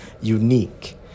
unique